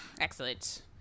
excellent